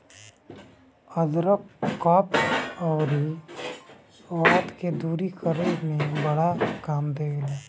अदरक कफ़ अउरी वात के दूर करे में बड़ा काम देला